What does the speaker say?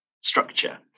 structure